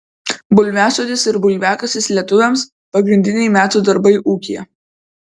bulviasodis ir bulviakasis lietuviams pagrindiniai metų darbai ūkyje